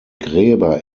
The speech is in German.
gräber